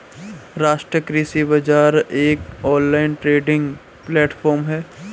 राष्ट्रीय कृषि बाजार एक ऑनलाइन ट्रेडिंग प्लेटफॉर्म है